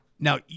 Now